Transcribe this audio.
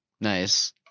Nice